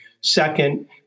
Second